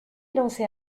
danser